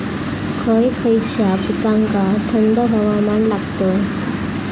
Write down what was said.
खय खयच्या पिकांका थंड हवामान लागतं?